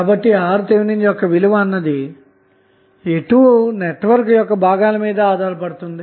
కాబట్టి RTh యొక్క విలువ అన్నది ఎటూ నెట్వర్క్ భాగాల మీద ఆధారపడుతుంది